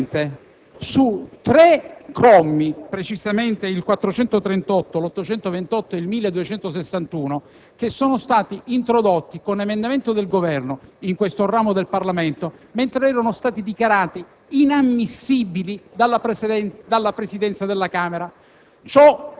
fattivamente su tre commi - precisamente, i commi 438, 828 e 1261 - che, introdotti con emendamento del Governo in questo ramo del Parlamento, erano invece stati dichiarati inammissibili dalla Presidenza della Camera